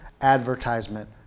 advertisement